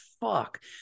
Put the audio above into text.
fuck